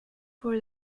for